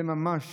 זה ממש